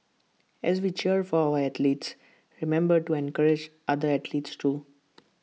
as we cheer for our athletes remember to encourage other athletes too